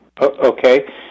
Okay